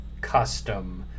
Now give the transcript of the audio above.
custom